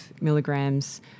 milligrams